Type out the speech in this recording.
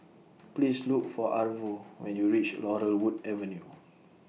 Please Look For Arvo when YOU REACH Laurel Wood Avenue